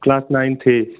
class ninth a